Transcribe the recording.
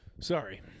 Sorry